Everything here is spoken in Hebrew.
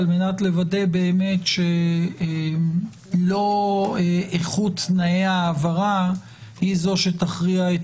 על מנת לוודא באמת שלא איכות תנאי ההעברה היא שתכריע את